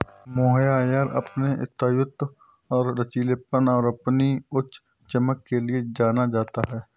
mohair अपने स्थायित्व और लचीलेपन और अपनी उच्च चमक के लिए जाना जाता है